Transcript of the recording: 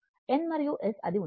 N మరియు S అది ఉండాలి